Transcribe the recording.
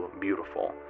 beautiful